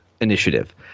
initiative